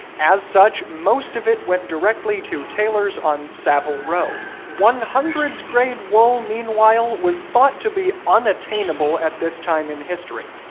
as such, most of it went directly to tailors on savile row. one hundred s grade wool meanwhile was thought to be unattainable at this time in history.